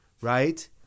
right